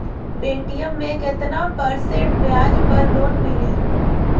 Paytm मे केतना percent ब्याज पर लोन मिली?